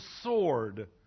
sword